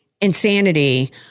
insanity